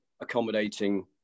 accommodating